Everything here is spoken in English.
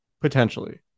potentially